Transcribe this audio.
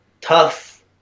tough